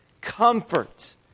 comfort